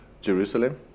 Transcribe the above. Jerusalem